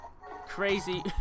crazy